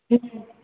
हुँ